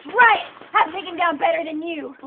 try it, i've taken down better than you.